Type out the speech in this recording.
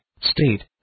state